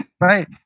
Right